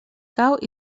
cau